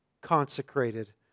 consecrated